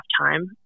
time